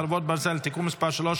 חרבות ברזל) (תיקון מס' 3),